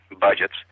budgets